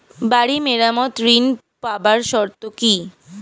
বাড়ি মেরামত ঋন পাবার শর্ত কি?